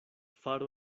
faro